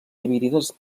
dividides